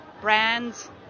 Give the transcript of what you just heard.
brands